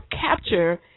capture